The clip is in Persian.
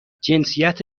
جنسیت